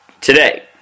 today